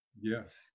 Yes